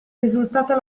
risultata